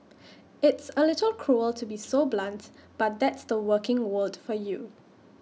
it's A little cruel to be so blunt but that's the working world for you